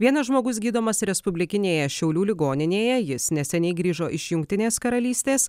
vienas žmogus gydomas respublikinėje šiaulių ligoninėje jis neseniai grįžo iš jungtinės karalystės